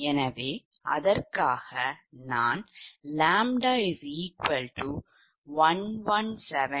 எனவே அதற்காக நான் ʎ117